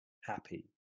happy